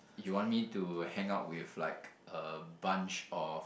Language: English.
you want me to hang out with like a bunch of